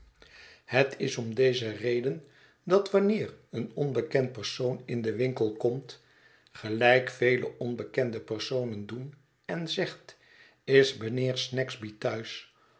het is om deze reden dat wanneer een onbekend persoon in den winkel komt gelijk vele onbekende personen doen en zegt is mijnheer snagsby thuis